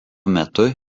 metu